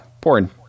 porn